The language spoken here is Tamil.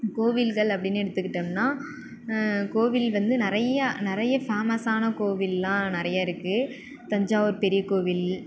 கோவில்கள் அப்படின்னு எடுத்துக்கிட்டோம்ன்னா கோவில் வந்து நிறையா நிறையா ஃபேமஸ்ஸான கோவிலெல்லாம் நிறைய இருக்குது தஞ்சாவூர் பெரிய கோவில்